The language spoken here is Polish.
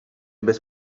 bez